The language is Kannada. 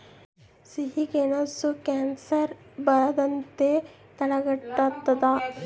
ಸಿಹಿಗೆಣಸು ಕ್ಯಾನ್ಸರ್ ಬರದಂತೆ ತಡೆಗಟ್ಟುತದ